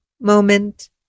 moment